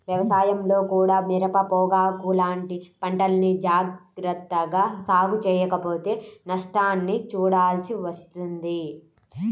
వ్యవసాయంలో కూడా మిరప, పొగాకు లాంటి పంటల్ని జాగర్తగా సాగు చెయ్యకపోతే నష్టాల్ని చూడాల్సి వస్తుంది